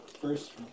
first